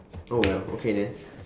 oh well okay then